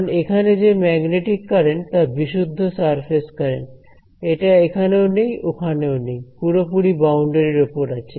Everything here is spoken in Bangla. কারণ এখানে যে ম্যাগনেটিক কারেন্ট তা বিশুদ্ধ সারফেস কারেন্ট এটা এখানেও নেই ওখানে ও নেই পুরোপুরি বাউন্ডারির ওপর আছে